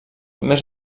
més